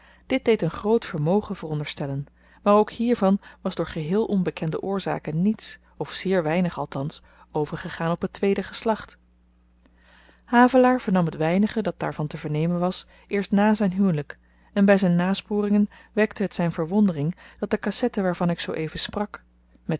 dit deed een groot vermogen veronderstellen maar ook hiervan was door geheel onbekende oorzaken niets of zeer weinig althans overgegaan op het tweede geslacht havelaar vernam t weinige dat daarvan te vernemen was eerst na zyn huwelyk en by zyn nasporingen wekte het zyn verwondering dat de kassette waarvan ik zoo-even sprak met den